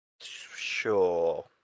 Sure